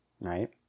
right